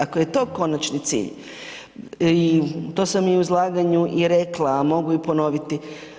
Ako je to konačni cilj i to sam u izlaganju i rekla, a mogu i ponoviti.